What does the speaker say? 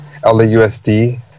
LAUSD